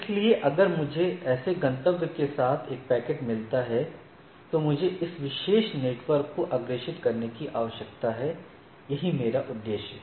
इसलिए अगर मुझे ऐसे गंतव्य के साथ एक पैकेट मिलता है तो मुझे इस विशेष नेटवर्क को अग्रेषित करने की आवश्यकता है यही मेरा उद्देश्य है